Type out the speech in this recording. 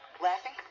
Laughing